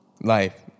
life